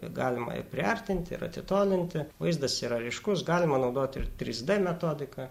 jį galima ir priartinti ir atitolinti vaizdas yra ryškus galima naudoti ir trys d metodiką